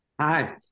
hi